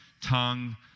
tongue